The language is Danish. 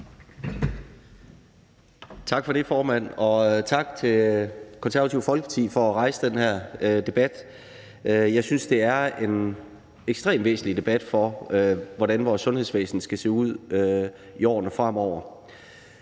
Tak for det, formand, og tak til Det Konservative Folkeparti for at rejse den her debat. Jeg synes, det er en ekstremt væsentlig debat om, hvordan vores sundhedsvæsen skal se ud i årene fremover.